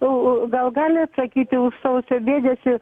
o gal gali atsakyti dėl sausio mėnesį